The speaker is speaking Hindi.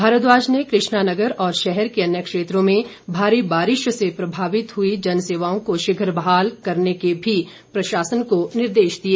भारद्वाज ने कृष्णा नगर और शहर के अन्य क्षत्रों में भारी बारिश से प्राभावित हुई जनसेवाओं को शीघ बहाली के भी प्रशासन को निर्देश दिए